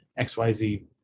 XYZ